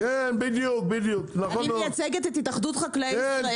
אני מייצגת את התאחדות חקלאי ישראל.